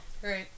great